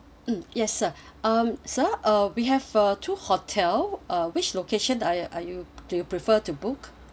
mm yes sir um sir uh we have uh two hotel uh which location are are you do you prefer to book